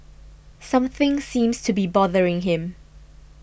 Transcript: something seems to be bothering him